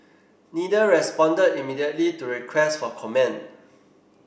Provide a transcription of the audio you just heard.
neither responded immediately to requests for comment